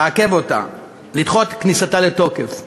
לעכב אותה, לדחות כניסתה לתוקף.